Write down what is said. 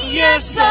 yes